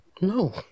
No